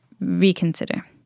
reconsider